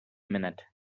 minute